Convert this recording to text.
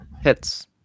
Hits